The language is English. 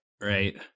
Right